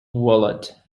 walled